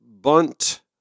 Bunt